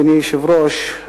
אדוני היושב-ראש,